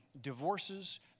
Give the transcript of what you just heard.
divorces